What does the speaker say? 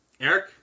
Eric